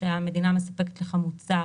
שהמדינה מספקת לך מוצר,